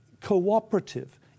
cooperative